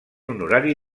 honorari